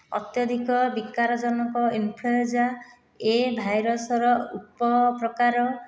ଅତ୍ୟଧିକ ବିକାରଜନକ influenza A ଭାଇରସ୍ର ଉପପ୍ରକାର